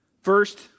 First